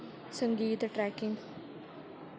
संगीत ट्रैकिंग